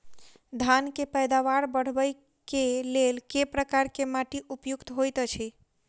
धान केँ पैदावार बढ़बई केँ लेल केँ प्रकार केँ माटि उपयुक्त होइत अछि?